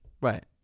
Right